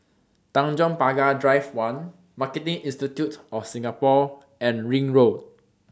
Tanjong Pagar Drive one Marketing Institute of Singapore and Ring Road